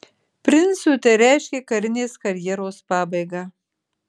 princui tai reiškė karinės karjeros pabaigą